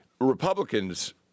Republicans